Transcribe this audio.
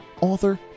author